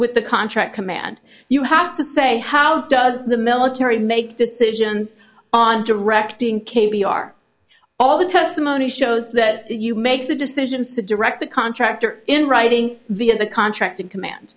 with the contract command you have to say how does the military make decisions on directing k b r all the testimony shows that you make the decisions to direct the contractor in writing via the contracting command